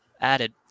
added